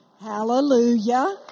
Hallelujah